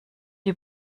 die